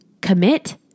commit